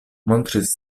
montris